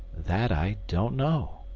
that i don't know.